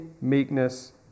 meekness